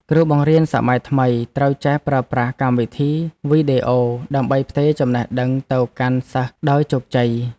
គ្រូបង្រៀនសម័យថ្មីត្រូវចេះប្រើប្រាស់កម្មវិធីវីដេអូ ដើម្បីផ្ទេរចំណេះដឹងទៅកាន់សិស្សដោយជោគជ័យ។